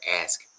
ask